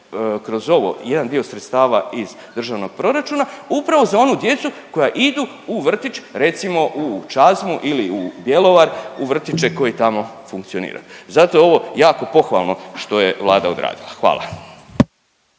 kroz ovo jedan dio sredstava iz državnog proračuna upravo za onu djecu koja idu u vrtić recimo u Čazmu ili u Bjelovar u vrtiće koji tamo funkcioniraju. Zato je ovo jako pohvalno što je Vlada odradila. Hvala.